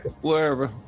wherever